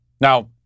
Now